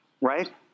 Right